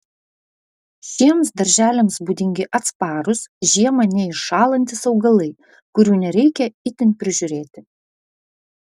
šiems darželiams būdingi atsparūs žiemą neiššąlantys augalai kurių nereikia itin prižiūrėti